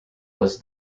was